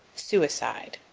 suicide.